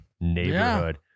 neighborhood